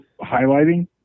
highlighting